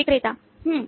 विक्रेता हम्म